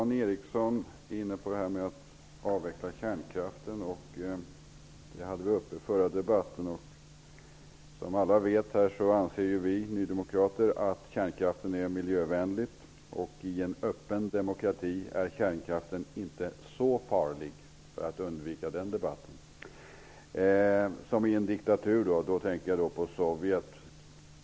Herr talman! Dan Ericsson talade om att avveckla kärnkraften. Det ämnet var uppe också i den förra debatten. Som alla här vet anser vi nydemokrater att kärnkraften är miljövänlig. I en öppen demokrati är kärnkraften inte så farlig -- för att undvika den debatten -- som i en diktatur. Då tänker jag på Sovjet.